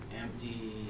empty